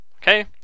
Okay